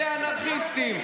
אלה אנרכיסטים.